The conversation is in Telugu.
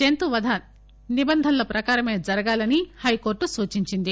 జంతువధ నిబంధనల ప్రకారమే జరగాలని హైకోర్టు సూచించింది